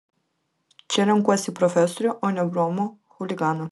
čia renkuosi profesorių o ne bromų chuliganą